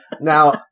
Now